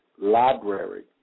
Library